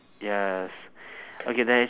yes okay there's